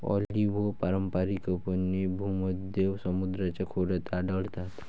olive पारंपारिकपणे भूमध्य समुद्राच्या खोऱ्यात आढळतात